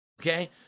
Okay